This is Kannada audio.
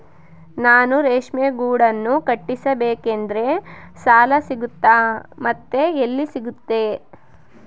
ನಾನು ರೇಷ್ಮೆ ಗೂಡನ್ನು ಕಟ್ಟಿಸ್ಬೇಕಂದ್ರೆ ಸಾಲ ಸಿಗುತ್ತಾ ಮತ್ತೆ ಎಲ್ಲಿ ಸಿಗುತ್ತೆ?